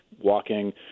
walking